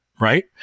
right